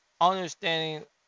understanding